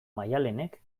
maialenek